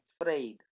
afraid